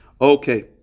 Okay